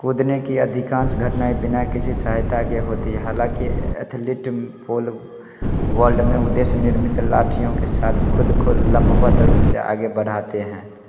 कूदने की अधिकांश घटनाएँ बिना किसी सहायता के होती हालाँकि एथलीट पोल वॉल्ड में उद्देश्य निर्मित लाठियों के साथ खुद को लंबवत रूप से आगे बढ़ाते हैं